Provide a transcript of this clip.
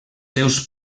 seus